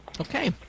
Okay